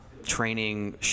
training